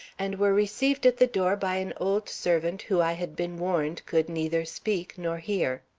and were received at the door by an old servant who i had been warned could neither speak nor hear.